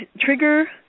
trigger